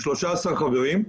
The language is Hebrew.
13 חברים,